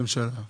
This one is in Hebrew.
ממשלה וכנסת.